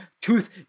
tooth